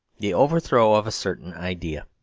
the overthrow of a certain idea.